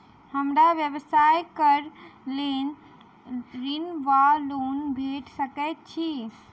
हमरा व्यवसाय कऽ लेल ऋण वा लोन भेट सकैत अछि?